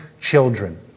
children